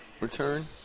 return